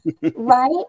Right